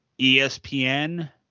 ESPN+